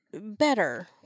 Better